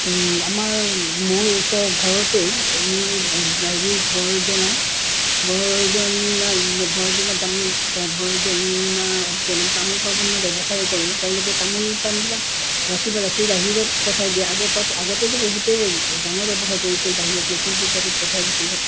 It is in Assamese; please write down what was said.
আমাৰ মোৰ ওচৰ ঘৰতেই মোৰ হেৰি বৰ্জনা বৰ্জনা বৰ্জানা তাৰ বৰ্জনাহঁতে মানে তামোল পাণৰ ব্যৱসায় কৰে তেওঁলোকে তামোল পাণবিলাক ৰাখিব বা ৰাখি বাহিৰত পঠাই দিয়ে আগৰ আগতে তো বহুতে ডাঙৰ ব্যৱসায় কৰিছিল বাহিৰত লখিমপুৰ চাইডত পঠাই দিছিলে